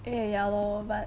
eh ya lor but